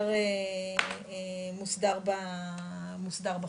מוסדר בחוק.